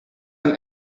ein